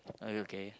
are you okay